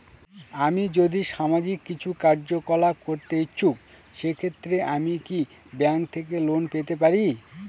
আমি যদি সামাজিক কিছু কার্যকলাপ করতে ইচ্ছুক সেক্ষেত্রে আমি কি ব্যাংক থেকে লোন পেতে পারি?